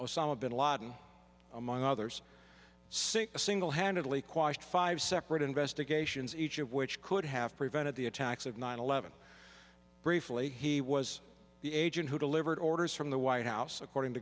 osama bin laden among others see a single handedly quiet five separate investigations each of which could have prevented the attacks of nine eleven briefly he was the agent who delivered orders from the white house according to